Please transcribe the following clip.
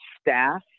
staff